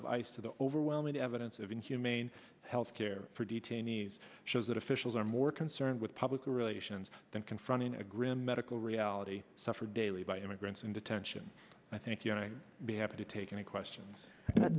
of ice to the overwhelming evidence of inhumane health care for detainees shows that officials are more concerned with public relations than confronting a grim medical reality suffered daily by immigrants in detention i think you know i have to take any questions